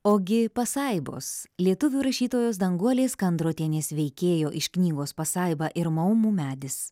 ogi pasaibos lietuvių rašytojos danguolės kandrotienės veikėjo iš knygos pasaiba ir maumų medis